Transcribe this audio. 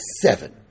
seven